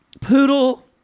Poodle